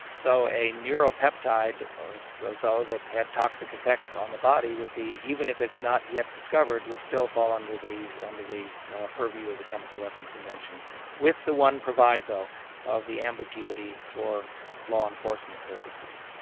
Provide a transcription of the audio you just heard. so a neuropeptide or so or so that had toxic effects on the body would be, even if it's not yet discovered, would still fall under the under the purview the chemical weapons convention with the one proviso of the ambiguity for law enforcements purposes.